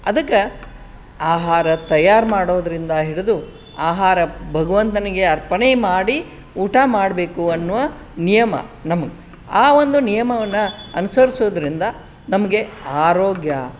ಅದಕ್ಕೆ ಆಹಾರ ತಯಾರು ಮಾಡೋದರಿಂದ ಹಿಡಿದು ಆಹಾರ ಭಗವಂತನಿಗೆ ಅರ್ಪಣೆ ಮಾಡಿ ಊಟ ಮಾಡಬೇಕು ಅನ್ನುವ ನಿಯಮ ನಮ್ಮದು ಆ ಒಂದು ನಿಯಮವನ್ನು ಅನುಸರಿಸೋದ್ರಿಂದ ನಮಗೆ ಆರೋಗ್ಯ